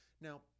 Now